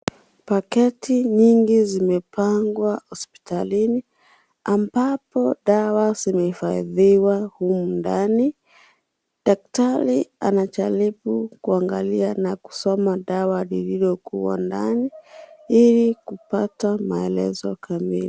Paketi nyingi zimepangwa hosiptalini ambapo dawa zimeifadhiwa humu ndani, daktari anajaribu kuangalia na kusoma dawa zilizokuwa ndani ili kupata maelezo kamili.